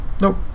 Nope